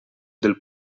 del